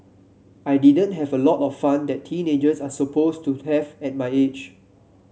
I didn't have a lot of fun that teenagers are supposed to have at my age